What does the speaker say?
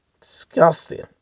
disgusting